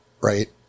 Right